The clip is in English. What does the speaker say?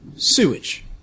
Sewage